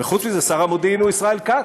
וחוץ מזה, שר המודיעין הוא ישראל כץ,